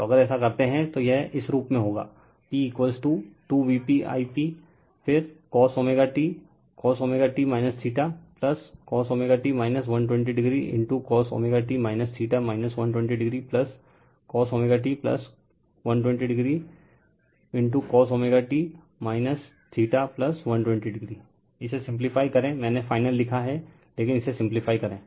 तो अगर ऐसा करते हैं तो यह इस रूप में होगा p 2VpI p फिर cos t cos t cos t 120 ocos t 120 ocos t 120 ocos t 120 o इसे सिम्प्लीफाई करें मैंने फाइनल लिखा है लेकिन इसे सिम्प्लीफाई करें